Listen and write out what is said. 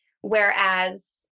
Whereas